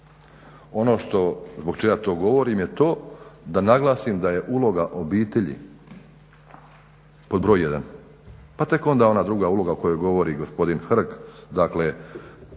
Ono zbog čega to govorim je to da naglasim da je uloga obitelji pod broj jedan, pa tek onda ona druga uloga o kojoj govori gospodin Hrg, dakle